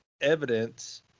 evidence